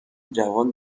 جوان